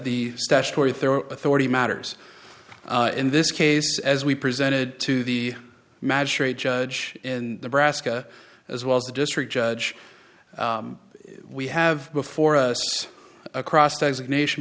the statutory authority matters in this case as we presented to the magistrate judge in the brassica as well as the district judge we have before us across the nation